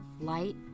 light